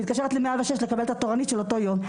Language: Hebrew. מתקשרת ל-106 לקבל את התורנית של אותו היום,